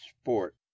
sport